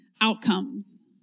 outcomes